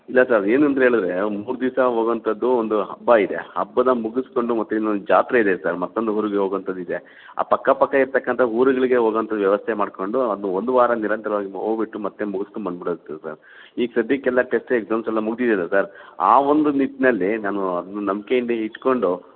ಇಲ್ಲ ಸರ್ ಏನು ಅಂದ್ರೆ ಹೇಳಿದ್ರೆ ಮೂರು ದಿವಸ ಹೋಗೊಂತದ್ದು ಒಂದು ಹಬ್ಬ ಇದೆ ಹಬ್ಬನ ಮುಗಿಸ್ಕೊಂಡು ಮತ್ತೆ ಇನ್ನೊಂದು ಜಾತ್ರೆ ಇದೆ ಸರ್ ಮತ್ತೊಂದು ಊರಿಗೆ ಹೋಗೊಂತದ್ದು ಇದೆ ಪಕ್ಕ ಪಕ್ಕ ಇರತಕ್ಕಂಥ ಊರುಗಳಿಗೆ ಹೋಗೋವಂತದ್ದು ವ್ಯವಸ್ಥೆ ಮಾಡ್ಕೊಂಡು ಒಂದು ವಾರ ನಿರಂತರವಾಗಿ ಹೋಗ್ಬಿಟ್ಟು ಮತ್ತೆ ಮುಗುಸ್ಕೊಂಬಂದು ಬಿಡೋದು ಸರ್ ಈ ಸದ್ಯಕ್ಕೆಲ್ಲ ಟೆಸ್ಟ್ ಎಗ್ಸಾಮ್ಸ್ ಎಲ್ಲ ಮುಗ್ದಿದ್ಯಲ್ಲ ಸರ್ ಆ ಒಂದು ನಿಟ್ಟಿನಲ್ಲಿ ನಾನು ನಂಬಿಕೆಯಿಂದ ಇಟ್ಕೊಂಡು